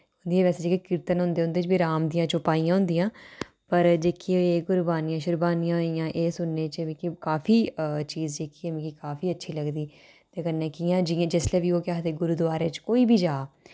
उं'दी वैसे जेह्ड़े कीर्तन होंदे उं'दे च बी राम दियां चौपाइयां होंदियां पर जेह्की गुरबाणियां शुरबानियां होइयां एह् सुनने च मिकी काफी चीज जेह्ड़ी ऐ मिकी काफी अच्छी लगदी ते कन्नै कि'यां जि'यां जिसलै बी ओह् आखदे गुरुद्वारे च कोई बी जा